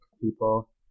people